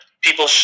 people